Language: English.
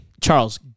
Charles